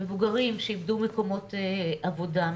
מבוגרים שאיבדו מקומות עבודה,